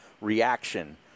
reaction